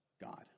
God